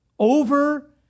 over